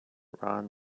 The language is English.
ron